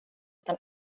utan